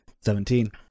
Seventeen